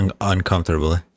uncomfortably